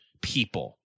people